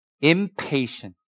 Impatient